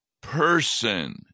person